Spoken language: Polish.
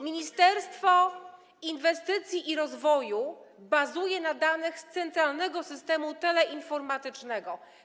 Ministerstwo Inwestycji i Rozwoju bazuje na danych z centralnego systemu teleinformatycznego.